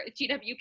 GW